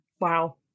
Wow